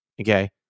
okay